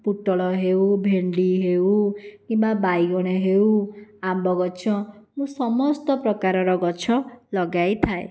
ପୁଟଳ ହେଉ ଭେଣ୍ଡି ହେଉ କିମ୍ବା ବାଇଗଣ ହେଉ ଆମ୍ବ ଗଛ ମୁଁ ସମସ୍ତ ପ୍ରକାରର ଗଛ ଲଗାଇଥାଏ